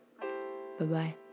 Bye-bye